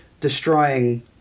destroying